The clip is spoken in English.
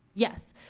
yes.